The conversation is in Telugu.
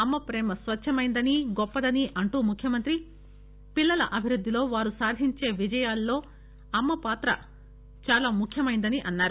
అమ్మప్రేమ స్పచ్చమైనదని గొప్పదని అంటూ ముఖ్యమంత్రి పిల్లల అభివృద్దిలో వారు సాధించే విజయాలలో అమ్మ పాత్ర చాలా ముఖ్యమైనదని అన్నారు